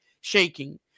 shaking